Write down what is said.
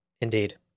indeed